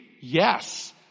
Yes